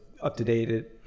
up-to-date